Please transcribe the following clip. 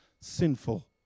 sinful